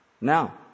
Now